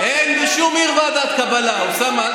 אין בשום עיר ועדת קבלה, אוסאמה.